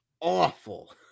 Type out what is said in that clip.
awful